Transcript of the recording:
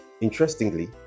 Interestingly